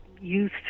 youth